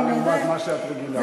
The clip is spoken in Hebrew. זו הפרעה קלה למה שאת רגילה.